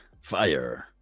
Fire